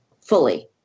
fully